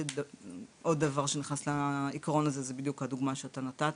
עוד דבר שנכנס לעיקרון הזה זאת בדיוק הדוגמה שנתת,